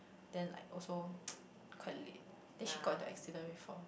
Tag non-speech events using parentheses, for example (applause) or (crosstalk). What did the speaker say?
then like also (noise) quite late then she got into accident before